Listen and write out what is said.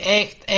echt